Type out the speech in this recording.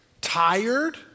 tired